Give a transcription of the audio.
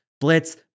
Blitz